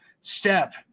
step